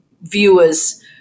viewers